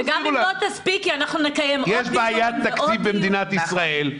יש בעיית תקציב במדינת ישראל,